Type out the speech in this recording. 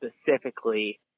specifically